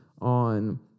on